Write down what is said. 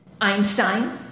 Einstein